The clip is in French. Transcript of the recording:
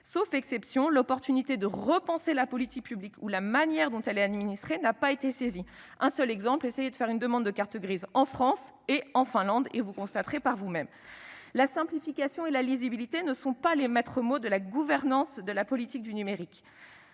sauf exception, l'occasion qui était offerte de repenser la politique publique ou la manière dont elle est administrée n'a pas été saisie. Un seul exemple : essayez de faire une demande de carte grise en France et faites de même en Finlande ... Vous constaterez par vous-même ! La simplification et la lisibilité ne sont pas les maîtres mots de la gouvernance de la politique du numérique.